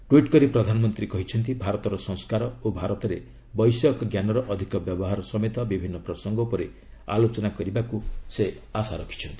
tweet କରି ପ୍ରଧାନମନ୍ତ୍ରୀ କହିଛନ୍ତି ଭାରତର ସଂସ୍କାର ଓ ଭାରତରେ ବୈଷୟିକ ଜ୍ଞାନର ଅଧିକ ବ୍ୟବହାର ସମେତ ବିଭିନ୍ନ ପ୍ରସଙ୍ଗ ଉପରେ ଆଲୋଚନା କରିବାକୁ ସେ ଆଶା ରଖିଛନ୍ତି